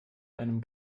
einem